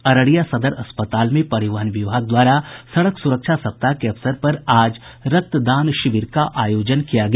अररिया सदर अस्पताल में परिवहन विभाग द्वारा सड़क सुरक्षा सप्ताह के अवसर पर आज रक्तदान शिविर का आयोजन किया गया